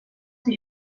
ser